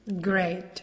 Great